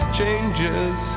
changes